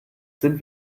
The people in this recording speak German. sind